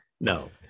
no